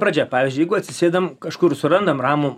pradžia pavyzdžiui jeigu atsisėdam kažkur surandam ramų